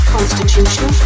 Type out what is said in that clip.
Constitution